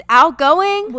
outgoing